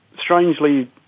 strangely